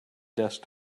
desk